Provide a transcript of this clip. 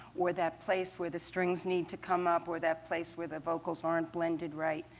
or that place where the students need to come up, or that place where the vocals aren't blended right.